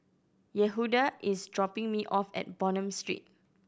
Yehuda is dropping me off at Bonham Street